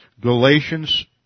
Galatians